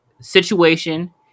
situation